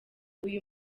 uyu